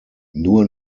nur